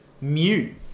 mute